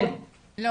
אנחנו